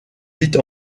vite